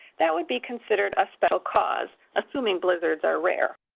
that would be considered a special cause, assuming blizzards are rare.